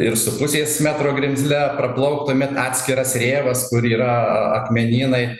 ir su pusės metro grimzle praplauktumėm atskiras rėvas kur yra akmenynai